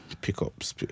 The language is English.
Pickups